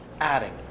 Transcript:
adding